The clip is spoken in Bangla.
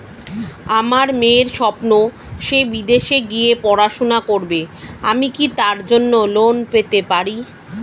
আমার মেয়ের স্বপ্ন সে বিদেশে গিয়ে পড়াশোনা করবে আমি কি তার জন্য লোন পেতে পারি?